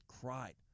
cried